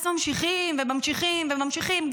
אז ממשיכים וממשיכים וממשיכים,